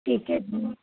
ਠੀਕ ਐ ਜੀ